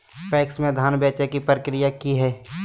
PACS में धाम बेचे के प्रक्रिया की हय?